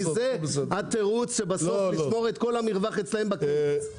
כי זה התירוץ שבסוף שומר את כל המרווח אצלם בכיס.